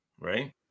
Right